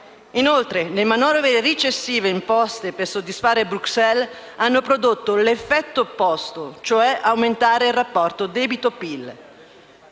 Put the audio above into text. Inoltre, le manovre recessive imposte per soddisfare Bruxelles hanno prodotto l'effetto opposto, cioè l'aumento del il rapporto debito/PIL.